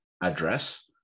address